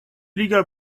legal